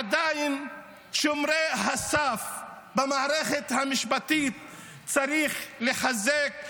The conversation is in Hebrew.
עדיין את שומרי הסף במערכת המשפטית צריך לחזק.